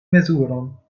mezuron